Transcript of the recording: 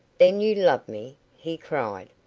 then you love me, he cried.